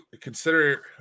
consider